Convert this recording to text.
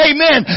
Amen